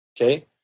Okay